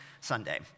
Sunday